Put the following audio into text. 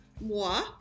moi